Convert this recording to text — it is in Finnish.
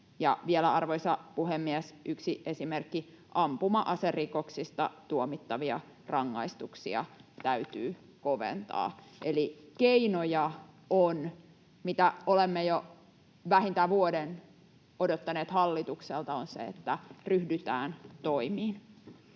vielä, arvoisa puhemies, yksi esimerkki: ampuma-aserikoksista tuomittavia rangaistuksia täytyy koventaa. Eli keinoja on. Mitä olemme jo vähintään vuoden odottaneet hallitukselta, on se, että ryhdytään toimiin.